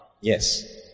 Yes